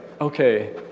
okay